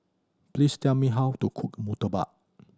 please tell me how to cook murtabak